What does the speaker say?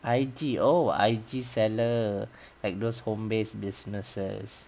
I_G oh I_G seller like those home based businesses